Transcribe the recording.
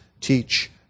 teach